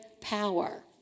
power